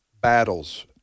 battles